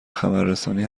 خبررسانی